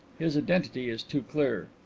his identity is too clear.